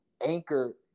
anchor